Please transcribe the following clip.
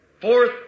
fourth